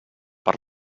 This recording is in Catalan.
per